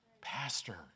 Pastor